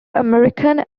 american